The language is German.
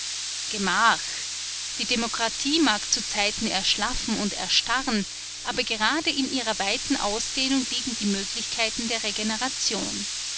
gemach die demokratie mag zu zeiten erschlaffen und erstarren aber gerade in ihrer weiten ausdehnung liegen die möglichkeiten der regeneration